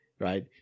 right